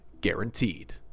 guaranteed